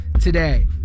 today